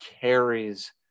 carries